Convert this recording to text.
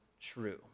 true